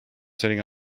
sitting